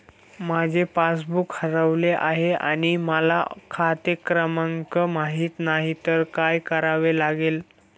माझे पासबूक हरवले आहे आणि मला खाते क्रमांक माहित नाही तर काय करावे लागेल?